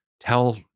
tell